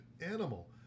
animal